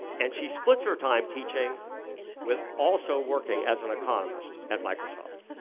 and she splits her time teaching with also working as an economist at microsoft.